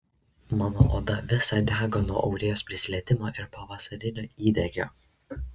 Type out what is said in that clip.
mano oda visa dega nuo aurėjos prisilietimo ir pavasarinio įdegio